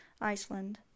Iceland